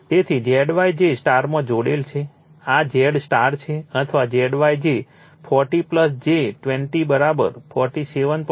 તેથી Zy જે સ્ટારમાં જોડેલ છે આ Z સ્ટાર છે અથવા Zy જે 40 j 25 47